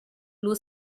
blue